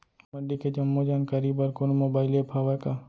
मंडी के जम्मो जानकारी बर कोनो मोबाइल ऐप्प हवय का?